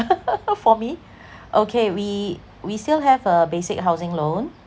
for me okay we we still have a basic housing loan